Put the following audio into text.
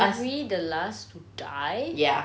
we'll be the last to die